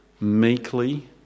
meekly